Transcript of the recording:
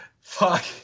Fuck